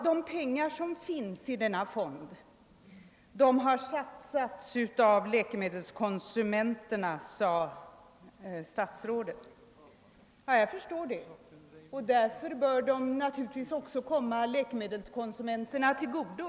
De pengar som finns i denna fond har satsats av läkemedelskonsumenterna, sade statsrådet. Jag förstår det. Men därför bör de också komma läkemedelskonsumenterna till godo.